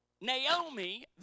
Naomi